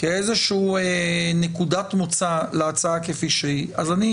כאיזושהי נקודת מוצא להצעה כפי שהיא, אז אני